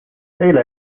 eile